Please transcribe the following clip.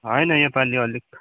होइन योपालि अलिक